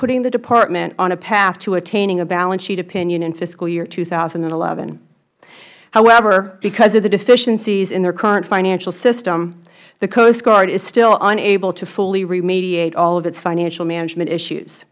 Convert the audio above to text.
putting the department on a path to attaining a balance sheet opinion in fiscal year two thousand and eleven however because of the deficiencies in their current financial system the coast guard is still unable to fully remediate all of its financial management issues